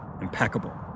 impeccable